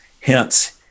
Hence